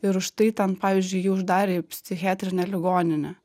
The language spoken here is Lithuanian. ir už tai ten pavyzdžiui jį uždarė į psichiatrinę ligoninę